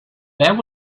there